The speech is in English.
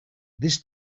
this